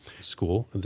School